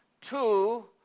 two